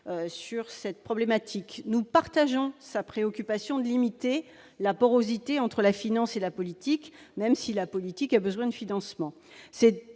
sur cette problématique. Nous partageons sa volonté de limiter la porosité entre la finance et la politique, même si la politique a besoin de financements. C'est